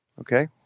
Okay